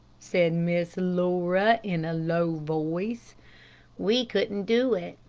said miss laura, in a low voice we couldn't do it.